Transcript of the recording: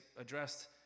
addressed